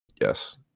yes